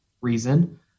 reason